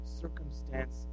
circumstance